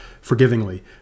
forgivingly